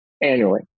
annually